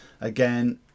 again